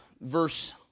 verse